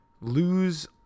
lose